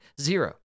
Zero